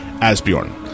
Asbjorn